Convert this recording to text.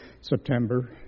September